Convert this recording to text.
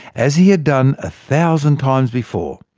as he had done a thousand times before,